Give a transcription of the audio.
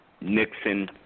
Nixon